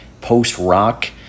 post-rock